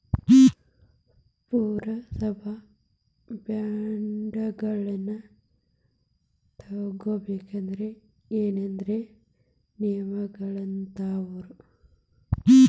ಪುರಸಭಾ ಬಾಂಡ್ಗಳನ್ನ ತಗೊಬೇಕಂದ್ರ ಏನೇನ ನಿಯಮಗಳಿರ್ತಾವ?